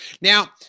Now